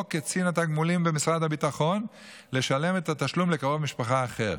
קצין התגמולים במשרד הביטחון לשלם את התשלום לקרוב משפחה אחר.